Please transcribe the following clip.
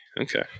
Okay